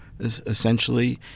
essentially